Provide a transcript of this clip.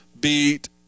beat